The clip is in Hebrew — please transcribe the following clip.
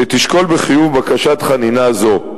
שתשקול בחיוב בקשת חנינה זו.